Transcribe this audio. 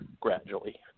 gradually